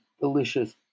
delicious